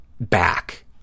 back